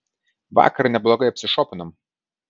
vakar neblogai apsišopinom